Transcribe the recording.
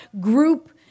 group